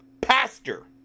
pastor